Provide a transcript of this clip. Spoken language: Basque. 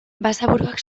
basaburuak